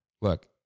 look